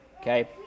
okay